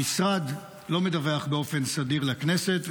המשרד לא מדווח באופן סדיר לכנסת.